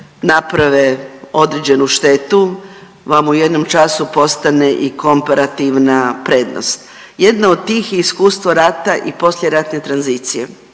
naprave određenu štetu vam u jednom času postane i komparativna prednost. Jedna od tih je iskustvo rata i poslijeratne tranzicije